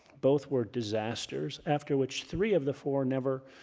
both were disasters, after which three of the four never